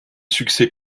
succès